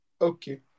Okay